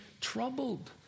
troubled